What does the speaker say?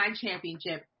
championship